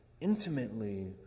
intimately